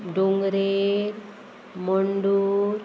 Dongre Mandur